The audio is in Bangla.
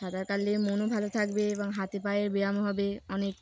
সাঁতার করলে মনও ভালো থাকবে এবং হাতে পাায়ের ব্যায়াম হবে অনেক